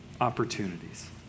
opportunities